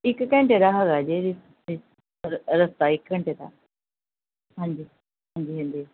ਇੱਕ ਘੰਟੇ ਦਾ ਹੈਗਾ ਜੇ ਰ ਰਸਤਾ ਇੱਕ ਘੰਟੇ ਦਾ ਹਾਂਜੀ ਹਾਂਜੀ ਹਾਂਜੀ